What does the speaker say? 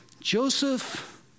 Joseph